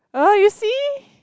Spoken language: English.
!ugh! you see